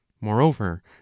moreover